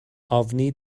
ofni